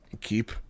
Keep